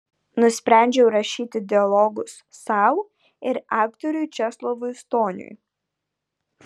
nusprendžiau rašyti dialogus sau ir aktoriui česlovui stoniui